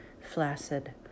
flaccid